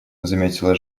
заметила